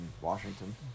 Washington